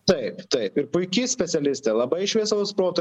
taip taip ir puiki specialistė labai šviesaus proto